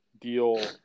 deal